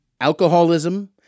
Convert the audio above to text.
Alcoholism